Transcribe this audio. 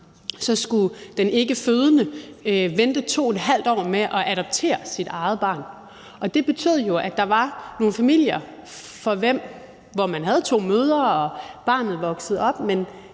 så skulle den ikkefødende vente 2½ år med at adoptere sit eget barn, og det betød jo, at der var nogle familier, hvor der var to mødre, som barnet voksede op